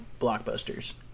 blockbusters